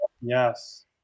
yes